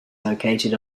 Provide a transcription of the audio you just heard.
located